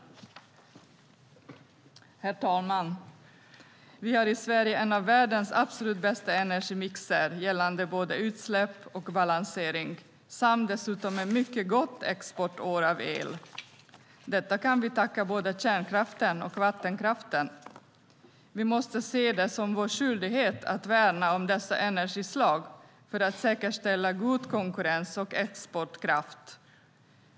Herr talman! Vi har i Sverige en av världens absolut bästa energimixer gällande både utsläpp och balansering och dessutom ett mycket gott år för export av el. Detta kan vi tacka både kärnkraften och vattenkraften för. Vi måste se det som vår skyldighet att värna om dessa energislag för att säkerställa god konkurrens och exportkraft.